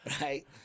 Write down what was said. right